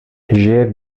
žije